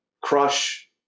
crush